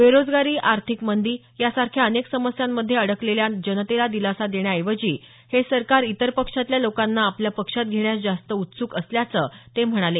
बेरोजगारी आर्थिक मंदी यासारख्या अनेक समस्यांमध्ये अडकलेल्या जनतेला दिलासा देण्याऐवजी हे सरकार इतर पक्षातल्या लोकांना आपल्या पक्षात घेण्यास जास्त उत्सुक असल्याचं ते म्हणाले